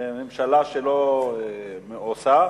הממשלה שלא עושה,